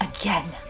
again